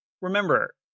Remember